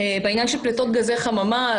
בעניין של פליטות גזי חממה.